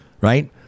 right